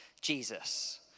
Jesus